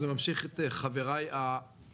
ואני ממשיך את חברי החדשים,